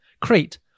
Crete